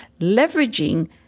leveraging